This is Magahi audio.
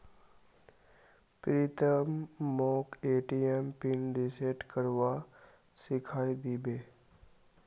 प्रीतम मोक ए.टी.एम पिन रिसेट करवा सिखइ दी बे